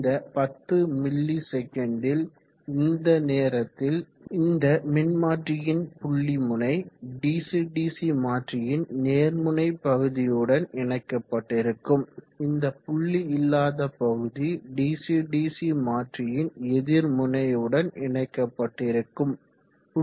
இந்த 10 மிவி இந்த நேரத்தில் இந்த மின்மாற்றியின் புள்ளி முனை டிசி டிசி மாற்றியின் நேர்முனை பகுதியுடன் இணைக்கப்பட்டிருக்கும் இந்த புள்ளி இல்லாத பகுதி டிசி டிசி மாற்றியின் எதிர்முனையுடன் இணைக்கப்பட்டிருக்கும